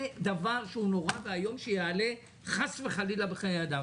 זה דבר שהוא נורא ואיום שיעלה חס וחלילה בחיי אדם.